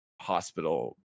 hospital